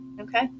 Okay